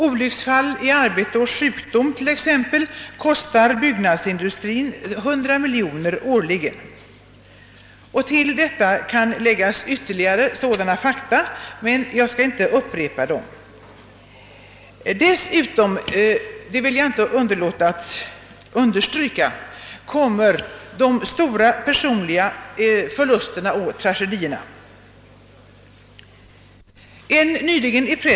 Olycksfall i arbete samt sjukdom kostar t.ex. byggnadsindustrin 100 miljoner kronor årligen. Ytterligare fakta kan anföras, men jag skall inte göra några upprepningar. Dock kan jag inte underlåta att understryka att stora personliga förluster och tragedier även kommer in i bilden.